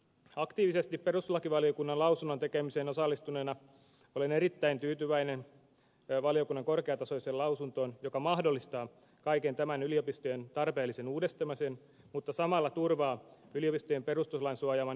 aktiivisesti perustuslakivaliokunnan lausunnon tekemiseen osallistuneena olen erittäin tyytyväinen valiokunnan korkeatasoiseen lausuntoon joka mahdollistaa kaiken tämän yliopistojen tarpeellisen uudistamisen mutta samalla turvaa yliopistojen perustuslain suojaaman itsehallinnon tulevaisuuden